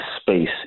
space